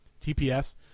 TPS